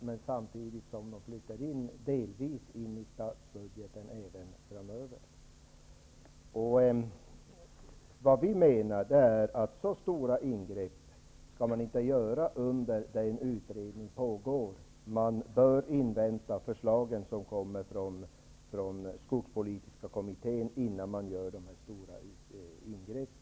Herr talman! Oavsett om man lämnar det vind för våg eller inte tas pengarna bort, trots att pengar delvis flyter in i statsbudgeten även framöver. Vi menar att man inte skall göra så stora ingrepp medan en utredning pågår. Man bör invänta det förslag som kommer från den skogspolitiska kommittén innan man gör så stora ingrepp.